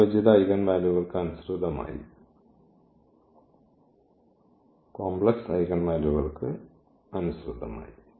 ഈ സംയോജിത ഐഗൻ വാല്യൂകൾക്കനുസൃതമായി